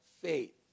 faith